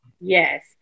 Yes